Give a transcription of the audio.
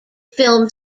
film